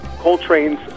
Coltrane's